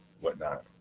whatnot